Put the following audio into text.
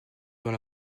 dans